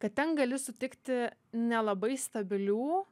kad ten gali sutikti nelabai stabilių